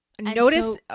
notice